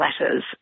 letters